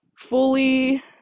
Fully